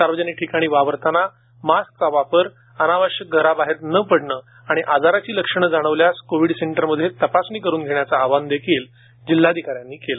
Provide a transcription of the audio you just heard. सार्वजनिक ठिकाणी वावरताना मास्कचा वापर अनावश्यक घराबाहेर न पडणे आणि आजाराची लक्षणे जाणवल्यास कोविड केअर सेंटरमध्ये तपासणी करुन घेण्याचे आवाहन जिल्हाधिकारी राम यांनी केले